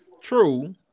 True